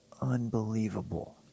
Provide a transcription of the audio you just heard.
unbelievable